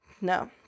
no